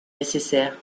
nécessaire